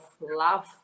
love